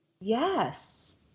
Yes